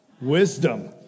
wisdom